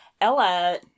Ella